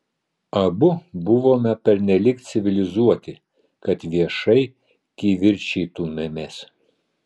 abu buvome pernelyg civilizuoti kad viešai kivirčytumėmės